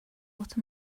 what